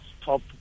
top